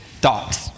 thoughts